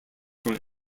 from